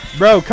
bro